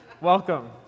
welcome